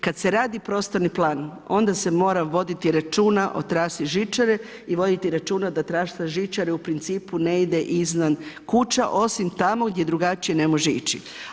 Kad se radi prostorni plan onda se mora voditi računa o trasi žičare i voditi računa da trasa žičare u principu ne ide iznad kuća osim tamo gdje drugačije ne može ići.